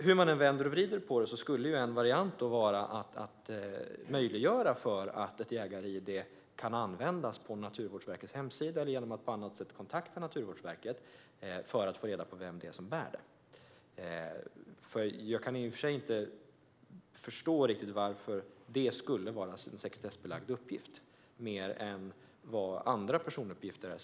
Hur man än vänder och vrider på det här skulle en variant kunna vara att man möjliggör för att ett jägar-id kan användas på Naturvårdsverkets hemsida eller genom att man på annat sätt kontaktar Naturvårdsverket för att få reda på vem som har det. Jag kan inte riktigt förstå varför det skulle vara en mer sekretessbelagd uppgift än vad andra personuppgifter är.